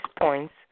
points